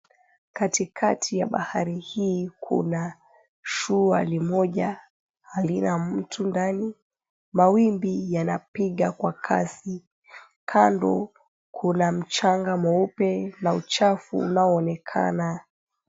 Kati kati ya bahari hii kuna shua limoja halina mtu ndani, mawimbi yanapiga kwa kasi, kando kuna mchanga mweupe na uchafu unaonekana.